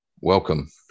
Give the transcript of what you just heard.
Welcome